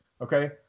Okay